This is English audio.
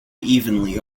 evenly